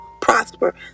prosper